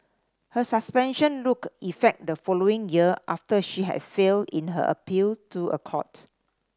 her suspension look effect the following year after she had failed in her appeal to a court